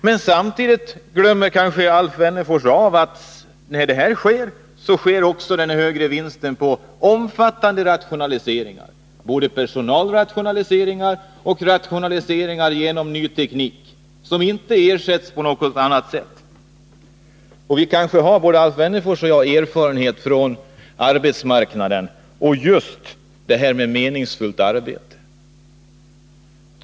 Men Alf Wennerfors kanske glömmer att samtidigt som man får högre vinster görs omfattande rationaliseringar — bortrationaliseringar av personal och rationaliseringar genom ny teknik, arbetstillfällen som inte ersätts. Både Alf Wennerfors och jag har väl erfarenhet av arbetsmarknaden och vet hur det förhåller sig med meningsfullt arbete.